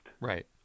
Right